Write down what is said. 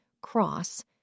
Cross